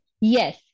Yes